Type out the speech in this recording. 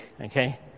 okay